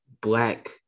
black